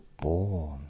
born